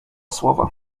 słowa